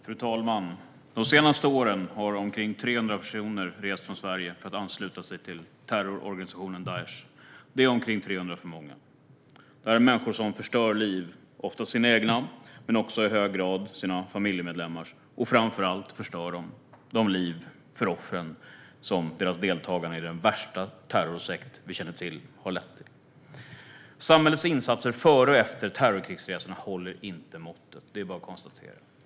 Fru talman! De senaste åren har omkring 300 personer rest från Sverige för att ansluta sig till terrororganisationen Daish. Det är 300 för många. Dessa människor förstör liv - oftast sina egna, men också i hög grad familjemedlemmars. Framför allt förstör de livet för offren för deras deltagande i den värsta terrorsekt vi känner till. Samhällets insatser före och efter terrorkrigsresorna håller inte måttet. Det är bara att konstatera.